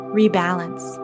rebalance